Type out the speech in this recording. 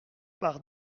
par